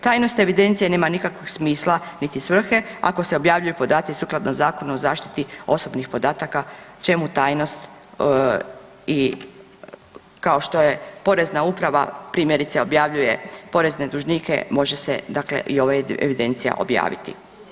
Tajnost evidencije nema nikakvog smisla, niti svrhe ako se objavljuju podaci sukladno Zakonu o zaštiti osobnih podataka, čemu tajnost i kao što je Porezna uprava primjerice objavljuje porezne dužnike može se dakle i ova evidencija objaviti.